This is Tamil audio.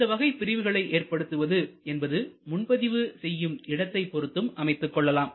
இந்த வகை பிரிவுகளை ஏற்படுத்துவது என்பது முன்பதிவு செய்யும் இடத்தை பொறுத்தும் அமைத்துக்கொள்ளலாம்